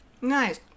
Nice